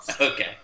Okay